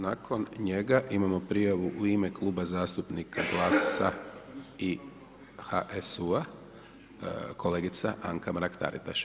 Nakon njega imamo prijavu u ime Kluba zastupnika GLS-a i HSU-a, kolegica Anka Mrak-Taritaš.